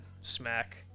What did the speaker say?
smack